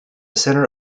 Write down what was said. center